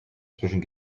zwischen